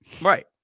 right